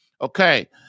Okay